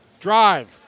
Drive